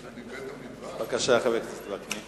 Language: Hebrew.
מה זה, מבית-המדרש.